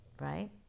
right